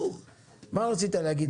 קרעי, מה רצית להגיד?